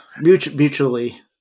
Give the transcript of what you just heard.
mutually